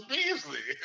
Beasley